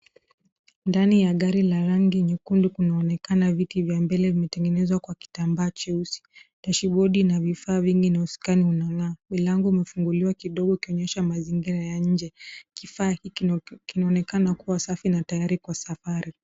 Ndani ya gari la rangi nyekundu kunaonekana viti vya mbele vimetengenezwa kwa kitambaa cheusi. Dashibodi na vifaa vingi na usukani unang'aa. Milango imefunguliwa kidogo kuonyesha mazingira ya nje. Kifaa hiki kinaonekana kuwa safi na tayari kwa safari.